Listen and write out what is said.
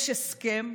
יש הסכם?